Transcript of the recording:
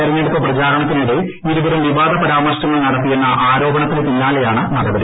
തിരഞ്ഞെടുപ്പ് പ്രചാരണത്തിനിടെ കമ്മീഷൻ ഇരുവരും വിവാദ പൂരാമ്പർശ്ങൾ നടത്തിയെന്ന ആരോപണത്തിനു പിന്നാലെയാണ് നടപടി